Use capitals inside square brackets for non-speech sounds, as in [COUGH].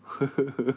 [LAUGHS]